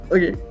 Okay